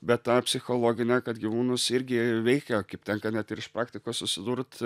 bet tą psichologinę kad gyvūnus irgi veikia kaip tenka net ir iš praktikos susidurt